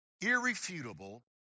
irrefutable